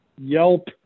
Yelp